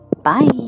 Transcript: bye